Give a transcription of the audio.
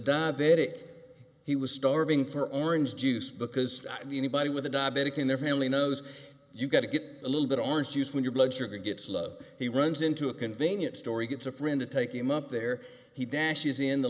diabetic he was starving for orange juice because the anybody with a diabetic in their family knows you've got to get a little bit orange juice when your blood sugar gets love he runs into a convenience store he gets a friend to take him up there he dashes in the